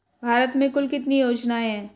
भारत में कुल कितनी योजनाएं हैं?